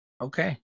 okay